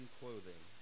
clothing